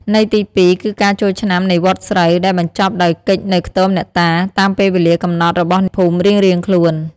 ន័យទី ២ គឺការចូលឆ្នាំនៃវដ្តស្រូវ ដែលបញ្ចប់ដោយកិច្ចនៅខ្ទមអ្នកតា តាមពេលវេលាកំណត់របស់ភូមិរៀងៗខ្លួន។